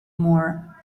more